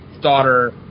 daughter